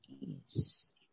Yes